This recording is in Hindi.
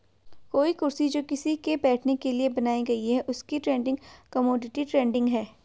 कोई कुर्सी जो किसी के बैठने के लिए बनाई गयी है उसकी ट्रेडिंग कमोडिटी ट्रेडिंग है